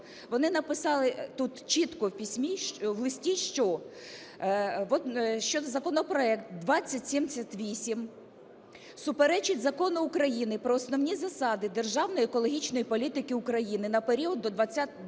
Вони написали тут чітко в листі, що "законопроект 2778 суперечить Закону України "Про основні засади державної екологічної політики України на період до 2030 року",